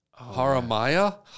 Haramaya